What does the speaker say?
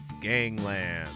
Gangland